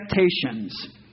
expectations